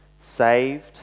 Saved